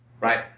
right